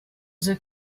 the